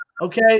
okay